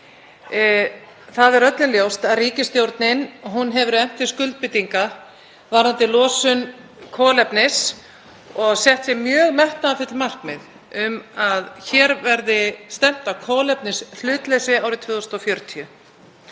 Það er öllum ljóst að ríkisstjórnin hefur efnt til skuldbindinga varðandi losun kolefnis og sett sér mjög metnaðarfull markmið um að hér verði stefnt að kolefnishlutleysi árið 2040